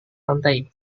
lantai